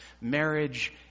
marriage